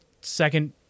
second